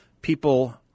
people